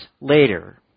later